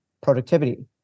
productivity